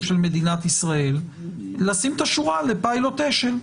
של מדינת ישראל לשים את השורה בפילוט אשל.